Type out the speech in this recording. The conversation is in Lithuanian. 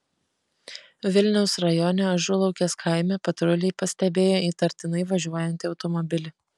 vilniaus rajone ažulaukės kaime patruliai pastebėjo įtartinai važiuojantį automobilį